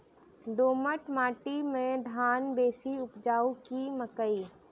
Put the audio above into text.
दोमट माटि मे धान बेसी उपजाउ की मकई?